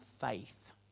faith